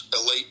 elite